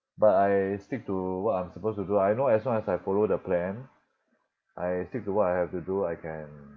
but I stick to what I'm supposed to do I know as long as I follow the plan I stick to what I have to do I can